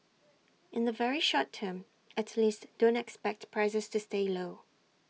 in the very short term at least don't expect prices to stay low